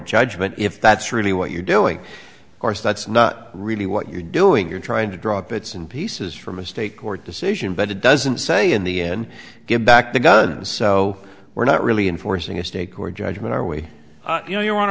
judgment if that's really what you're doing course that's not really what you're doing you're trying to draw bits and pieces from a state court decision but it doesn't say in the end give back the gun so we're not really enforcing a state court judgment are we you know you